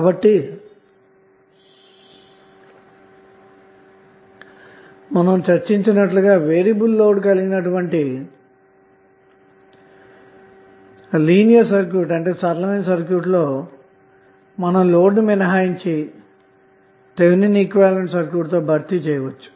కాబట్టి మనం చర్చించినట్లుగా వేరియబుల్ లోడ్ కలిగినటువంటి లీనియర్ సర్క్యూట్ లో మనం లోడ్ ను మినహాయించి థెవెనిన్ఈక్వివలెంట్ సర్క్యూట్ తో భర్తీ చేయవచ్చు